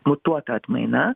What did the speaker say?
mutuota atmaina